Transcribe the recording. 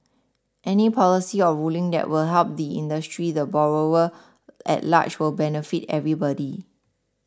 any policy or ruling that will help the industry the borrower at large will benefit everybody